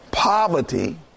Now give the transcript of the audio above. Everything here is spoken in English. Poverty